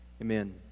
amen